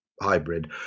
Hybrid